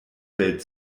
welt